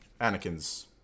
Anakin's